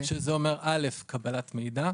זה אומר אל"ף, קבלת מידע,